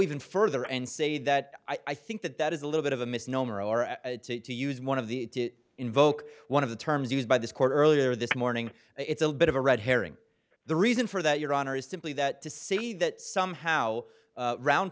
even further and say that i think that that is a little bit of a misnomer or to use one of the invoke one of the terms used by this court earlier this morning it's a bit of a red herring the reason for that your honor is simply that to see that somehow round